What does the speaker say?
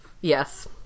Yes